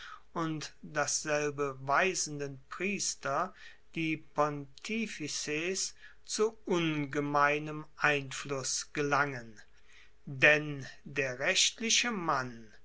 und dasselbe weisenden priester die pontifices zu ungemeinem einfluss gelangen denn der rechtliche mann